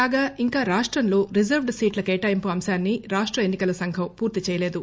కాగా ఇంకా రాష్ట్రంలో రిజర్వ్ సీట్ల కేటాయింపు అంశాన్ని రాష్ట్ర ఎన్ని కల సంఘం పూర్తి చేయలేదు